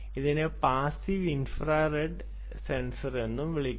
ഇതിനെ passive infrared sensor എന്നും വിളിക്കുന്നു